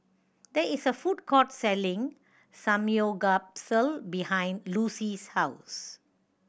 there is a food court selling Samgyeopsal behind Lucy's house